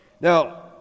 Now